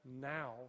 now